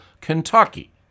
Kentucky